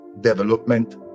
development